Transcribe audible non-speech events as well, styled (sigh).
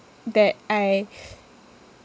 that I (breath)